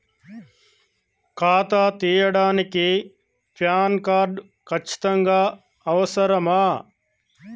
ఖాతా తీయడానికి PAN card ఖచ్చితంగా అవసరమా?